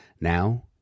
Now